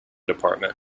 department